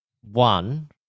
one